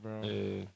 bro